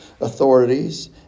authorities